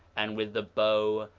and with the bow,